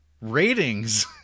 ratings